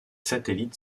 satellites